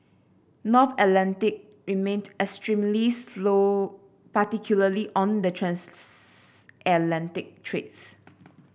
North Atlantic remained extremely slow particularly on the transatlantic trades